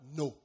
no